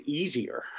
easier